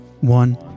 one